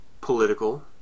political